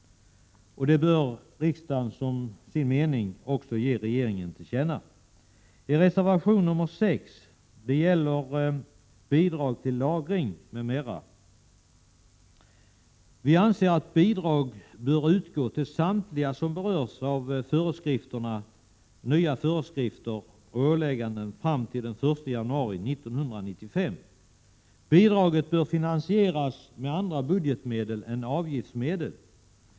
Vi vill att riksdagen skall som sin mening ge regeringen detta till känna. Reservation 6 gäller bidrag till lagring m.m. Vi anser att bidrag bör utgå till samtliga som berörs av föreskrifterna fram till den första januari 1995. Bidraget bör finansieras med andra budgetmedel än avgiftsmedel.